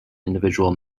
individual